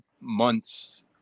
months